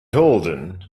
golden